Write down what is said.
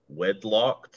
wedlocked